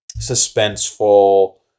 suspenseful